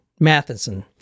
Matheson